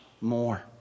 more